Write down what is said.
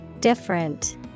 Different